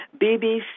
BBC